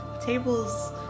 Table's